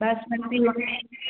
बासमती मु